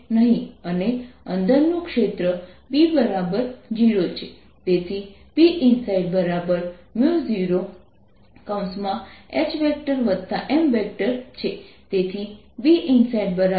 તેથી સિલિન્ડરની અંદર પોટેન્શિયલ અચળ છે અને જે સિલિન્ડ્રિકલ શેલ ની સપાટી પર જે પણ પોટેન્શિયલ હશે તેના બરાબર હશે